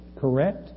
Correct